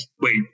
wait